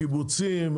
הקיבוצים,